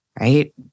right